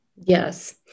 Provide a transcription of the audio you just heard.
Yes